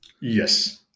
Yes